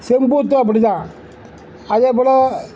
செம்பூத்தும் அப்படித்தான் அதேபோல்